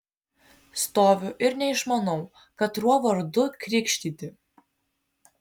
stoviu ir neišmanau katruo vardu krikštyti